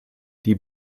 die